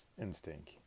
instinct